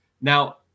Now